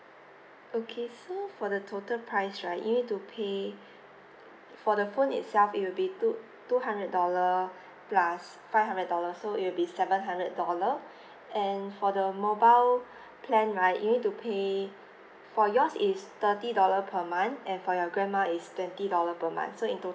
okay so for the total price right you need to pay for the phone itself it would be two two hundred dollar plus five hundred dollar so it would be seven hundred dollar and for the mobile plan right you need to pay for yours is thirty dollar per month and for your grandma is twenty dollar per month so in tot~